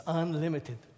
unlimited